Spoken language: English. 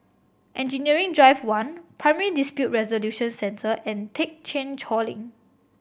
Engineering Drive One Primary Dispute Resolution Centre and Thekchen Choling